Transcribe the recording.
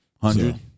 hundred